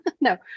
No